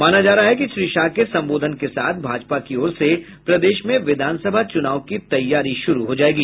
माना जा रहा है कि श्री शाह के संबोधन के साथ भाजपा की ओर से प्रदेश में विधानसभा चुनाव की तैयारी शुरू हो जायेगी